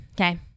Okay